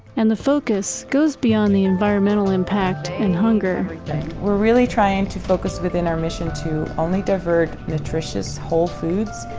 and the focus goes beyond the environmental impact and hunger. we're really trying to focus within our mission to only divert nutritious whole foods,